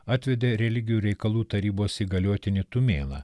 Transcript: atvedė religijų reikalų tarybos įgaliotinį tumėną